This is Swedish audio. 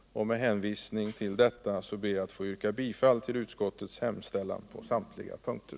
och med hänvisning till denna redovisning ber jag att få yrka bifall till utskottets hemställan på samtliga punkter.